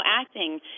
acting